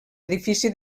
edifici